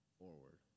forward